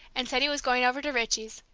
and said he was going over to richie's,